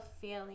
feeling